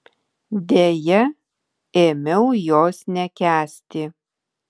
deja ėmiau jos nekęsti